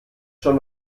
schon